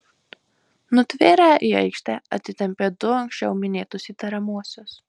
nutvėrę į aikštę atitempė du anksčiau minėtus įtariamuosius